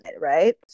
right